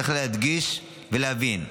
צריך להדגיש ולהבין: